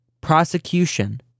prosecution